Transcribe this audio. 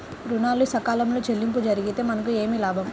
ఋణాలు సకాలంలో చెల్లింపు జరిగితే మనకు ఏమి లాభం?